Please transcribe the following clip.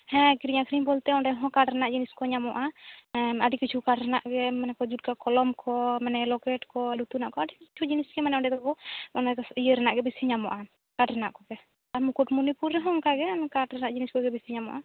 ᱦᱮᱸ ᱠᱤᱨᱤᱧ ᱟᱹᱠᱷᱚᱨᱤᱧ ᱵᱚᱞᱛᱮ ᱠᱟᱴ ᱨᱮᱭᱟᱜ ᱡᱤᱱᱤᱥ ᱠᱚ ᱧᱟᱢᱚᱜᱼᱟ ᱟᱹᱰᱤ ᱠᱤᱪᱷᱩ ᱠᱟᱴ ᱨᱮᱭᱟᱜ ᱜᱮ ᱢᱟᱱᱮ ᱠᱚ ᱡᱩᱛ ᱠᱟᱜᱼᱟ ᱠᱚᱞᱚᱢ ᱠᱚ ᱞᱚᱠᱮᱴ ᱠᱚ ᱞᱩᱛᱩᱨ ᱨᱮᱭᱟᱜ ᱠᱚ ᱟᱹᱰᱤ ᱠᱤᱪᱷᱩ ᱡᱤᱱᱤᱥ ᱜᱮ ᱢᱟᱱᱮ ᱚᱸᱰᱮ ᱫᱚᱠᱚ ᱤᱭᱟᱹ ᱨᱮᱭᱟᱜ ᱜᱮ ᱵᱮᱥᱤ ᱧᱟᱢᱚᱜᱼᱟ ᱠᱟᱴ ᱨᱮᱭᱟᱜ ᱠᱚᱜᱮ ᱟᱨ ᱢᱩᱠᱩᱴᱢᱩᱱᱤᱯᱩᱨ ᱨᱮᱦᱚᱸ ᱚᱱᱠᱟ ᱜᱮ ᱠᱟᱴ ᱨᱮᱭᱟᱜ ᱡᱤᱱᱤᱥ ᱠᱚᱜᱮ ᱵᱮᱥᱤ ᱧᱟᱢᱚᱜᱼᱟ